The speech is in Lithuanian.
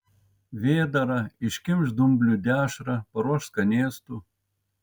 vėdarą iškimš dublių dešrą paruoš skanėstų